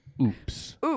Oops